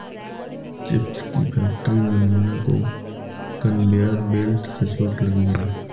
chips की factory में मुन्ना को कन्वेयर बेल्ट से चोट लगी है